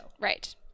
Right